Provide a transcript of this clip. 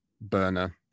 Burner